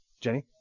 Jenny